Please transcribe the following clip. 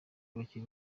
bacye